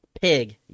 Pig